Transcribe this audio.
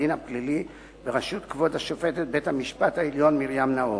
הדין הפלילי בראשות כבוד שופטת בית-המשפט העליון מרים נאור.